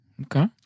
Okay